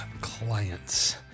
Clients